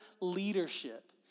leadership